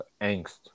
angst